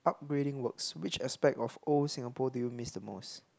braiding works which aspect of old Singapore do you miss the most